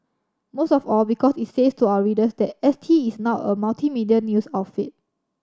most of all because it says to our readers that S T is now a multimedia news outfit